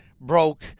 broke